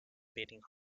beating